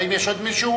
האם יש עוד מישהו?